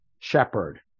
shepherd